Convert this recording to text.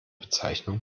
bezeichnung